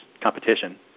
competition